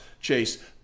Chase